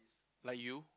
like you